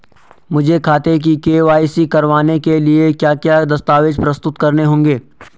मुझे खाते की के.वाई.सी करवाने के लिए क्या क्या दस्तावेज़ प्रस्तुत करने होंगे?